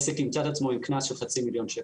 עסק ימצא את עצמו עם קנס של חצי מיליון שקל.